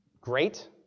Great